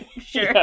sure